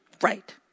right